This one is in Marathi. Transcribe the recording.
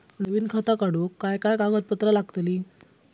नवीन खाता काढूक काय काय कागदपत्रा लागतली?